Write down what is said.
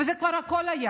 וכל זה כבר היה.